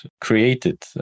created